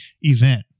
event